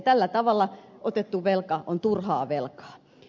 tällä tavalla otettu velka on turhaa velkaa